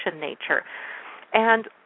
nature—and